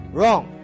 wrong